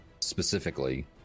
specifically